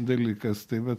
dalykas tai va